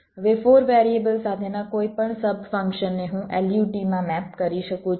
હવે 4 વેરિએબલ સાથેના કોઈપણ સબફંક્શન ને હું LUT માં મેપ કરી શકું છું